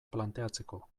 planteatzeko